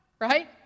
right